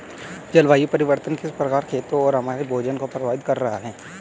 जलवायु परिवर्तन किस प्रकार खेतों और हमारे भोजन को प्रभावित कर रहा है?